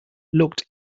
looked